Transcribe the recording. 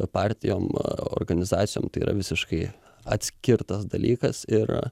partijom organizacijom tai yra visiškai atskirtas dalykas ir